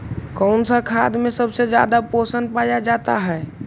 कौन सा खाद मे सबसे ज्यादा पोषण पाया जाता है?